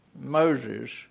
Moses